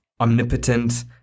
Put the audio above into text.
omnipotent